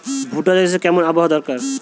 ভুট্টা চাষে কেমন আবহাওয়া দরকার?